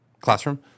classroom